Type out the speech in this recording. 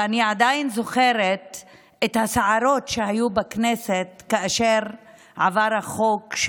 ואני עדיין זוכרת את הסערות שהיו בכנסת כאשר עבר החוק,